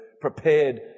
prepared